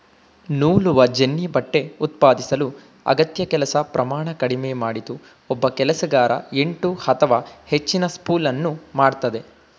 ನೂಲುವಜೆನ್ನಿ ಬಟ್ಟೆ ಉತ್ಪಾದಿಸಲು ಅಗತ್ಯ ಕೆಲಸ ಪ್ರಮಾಣ ಕಡಿಮೆ ಮಾಡಿತು ಒಬ್ಬ ಕೆಲಸಗಾರ ಎಂಟು ಅಥವಾ ಹೆಚ್ಚಿನ ಸ್ಪೂಲನ್ನು ಮಾಡ್ತದೆ